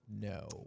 No